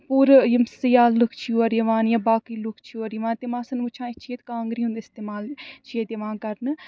پوٗرٕ یِم سِیاح لُکھ چھِ یور یِوان یا باقٕے لُکھ چھِ یور یِوان تِم آسن وٕچھان أسۍ چھِ ییٚتہِ کانگرِ ہُند اِستعمال چھُ ییٚتہِ یِوان کرنہٕ